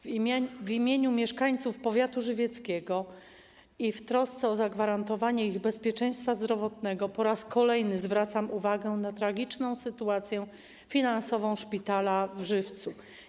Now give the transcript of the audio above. W imieniu mieszkańców powiatu żywieckiego i w trosce o zagwarantowanie ich bezpieczeństwa zdrowotnego po raz kolejny zwracam uwagę na tragiczną sytuację finansową szpitala w Żywcu.